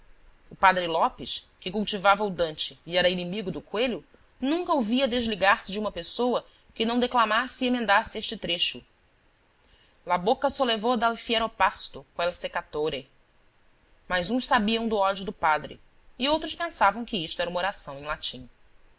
o padre lopes que cultivava o dante e era inimigo do coelho nunca o via desligar se de uma pessoa que não declamasse e emendasse este trecho la bocca sollevò dal fiero pasto quel seccatore mas uns sabiam do ódio do padre e outros pensavam que isto era uma oração em latim